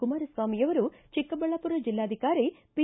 ಕುಮಾರಸ್ವಾಮಿ ಅವರು ಚಿಕ್ಕಬಳ್ಳಾಪುರ ಜಿಲ್ಲಾಧಿಕಾರಿ ಪಿ